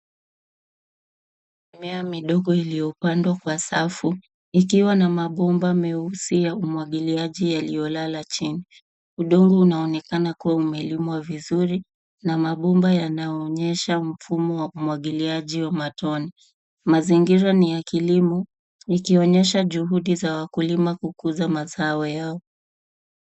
Mimea midogo iliyopandwa kwa safu, ikiwa na mabomba meusi ya umwagiliaji yaliyolala chini. Udongo unaonekana kua umelimwa vizuri, na mabomba yanayoonyesha mfumo wa umwagiliaji wa matone. Mazingira ni ya kilimo, ikionyesha juhudi za wakulima kukuza mazao yao.